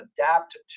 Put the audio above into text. adapt